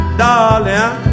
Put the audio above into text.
darling